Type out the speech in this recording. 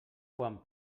quan